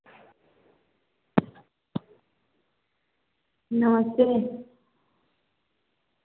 नमस्ते